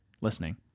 listening